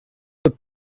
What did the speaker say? blood